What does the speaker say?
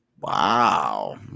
Wow